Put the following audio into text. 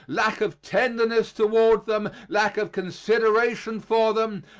lack of tenderness toward them, lack of consideration for them,